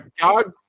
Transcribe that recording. God